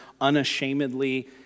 unashamedly